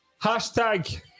Hashtag